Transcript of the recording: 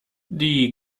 die